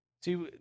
See